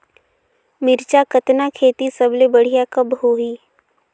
मिरचा कतना खेती सबले बढ़िया कब होही?